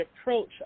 approach